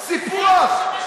סיפוח.